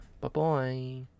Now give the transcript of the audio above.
Bye-bye